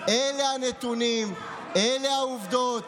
אלה הנתונים, אלה העובדות.